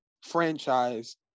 franchise